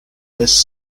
this